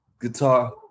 guitar